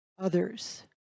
others